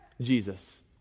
Jesus